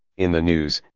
in the news,